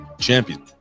champion